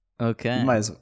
Okay